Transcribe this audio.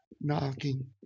knocking